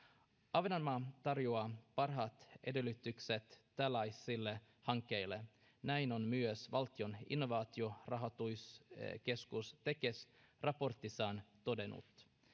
ahvenanmaa tarjoaa parhaat edellytykset tällaisille hankkeille näin on myös valtion innovaatiorahoituskeskus tekes raportissaan todennut